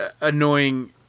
annoying